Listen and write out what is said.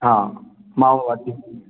हाँ मावा बाटी